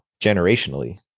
generationally